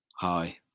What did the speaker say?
Hi